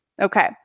Okay